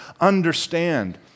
understand